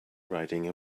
riding